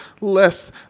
less